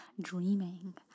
Dreaming